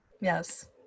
yes